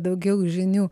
daugiau žinių